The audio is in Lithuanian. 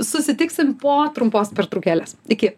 susitiksim po trumpos pertraukėlės iki